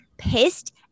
pissed